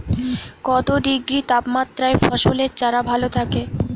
কত ডিগ্রি তাপমাত্রায় ফসলের চারা ভালো থাকে?